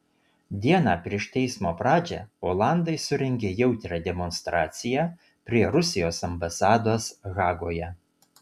dieną prieš teismo pradžią olandai surengė jautrią demonstraciją prie rusijos ambasados hagoje